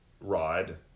rod